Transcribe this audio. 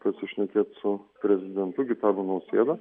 pasišnekėt su prezidentu gitanu nausėda